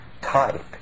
type